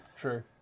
true